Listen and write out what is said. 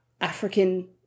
African